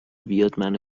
بیاد، منو